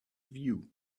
view